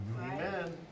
Amen